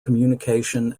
communication